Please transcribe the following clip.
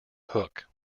hook